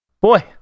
Boy